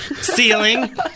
Ceiling